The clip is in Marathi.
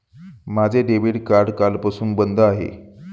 माझे डेबिट कार्ड कालपासून बंद आहे